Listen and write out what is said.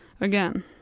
again